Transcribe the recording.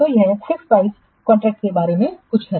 तो यह fix price contracts के बारे में कुछ है